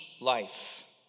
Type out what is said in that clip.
life